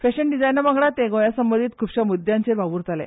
फॅशन डिझायना वांगडा ते गोंया संबंदीत खूबशा मुद्यांचेर ते वावूरताले